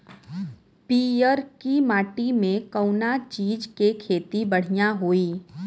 पियरकी माटी मे कउना चीज़ के खेती बढ़ियां होई?